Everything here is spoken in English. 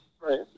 Right